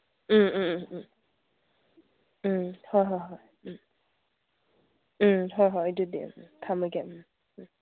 ꯎꯝ ꯎꯝ ꯎꯝ ꯎꯝ ꯎꯝ ꯍꯣꯏ ꯍꯣꯏ ꯍꯣꯏ ꯎꯝ ꯎꯝ ꯍꯣꯏ ꯍꯣꯏ ꯑꯗꯨꯗꯤ ꯊꯝꯃꯒꯦ ꯎꯝ